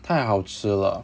太好吃了